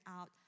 out